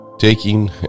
taking